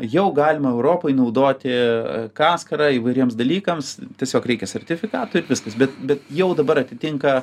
jau galima europoj naudoti kaskarą įvairiems dalykams tiesiog reikia sertifikatų ir viskas bet bet jau dabar atitinka